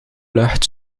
lucht